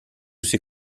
ses